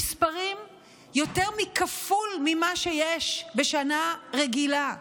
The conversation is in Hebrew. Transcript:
המספרים הם יותר מכפול ממה שיש בשנה רגילה,